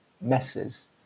messes